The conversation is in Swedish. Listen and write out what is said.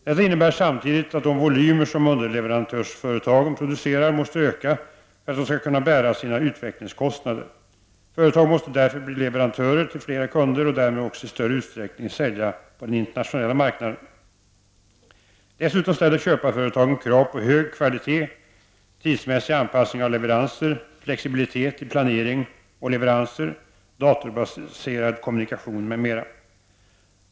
Detta innebär samtidigt att de volymer som underleverantörsföretagen producerar måste öka för att de skall kunna bära sina utvecklingskostnader. Företagen måste därför bli leverantörer till flera kunder och därmed också i större utsträckning sälja på den internationella marknaden. Dessutom ställer köparföretagen krav på hög kvalitet, tidsmässig anpassning av leveranser, flexibilitet i planering och leveranser, datorbaserad kommunikation m.m.